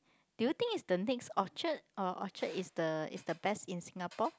do you think it's the next Orchard or Orchard is the is the best in Singapore